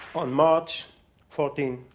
on march fourteen,